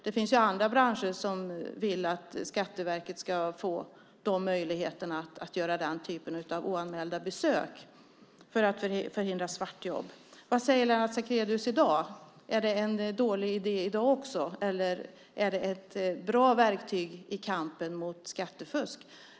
Det finns ju branscher som vill att Skatteverket ska få möjligheter till den typen av oanmälda besök - detta för att förhindra svartjobb. Vad säger Lennart Sacrédeus i dag? Är detta också i dag en dålig idé, eller är det ett bra verktyg i kampen mot skattefusk?